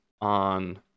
on